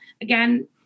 again